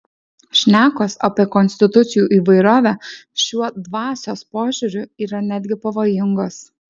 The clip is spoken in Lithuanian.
šnekos apie konstitucijų įvairovę šiuo dvasios pažiūriu yra netgi pavojingos